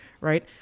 right